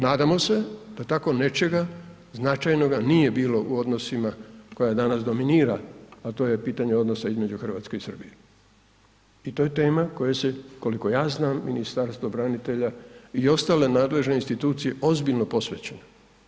Nadamo se da tako nečega značajnoga nije bilo u odnosima koja danas dominira, a to je pitanje odnosa između Hrvatske i Srbije i to je tema koje se, koliko ja znam, Ministarstvo branitelja i ostale nadležne institucije ozbiljno posvećuju.